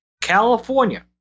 California